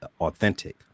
authentic